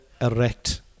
erect